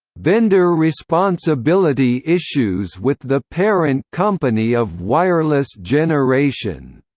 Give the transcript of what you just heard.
vendor responsibility issues with the parent company of wireless generation,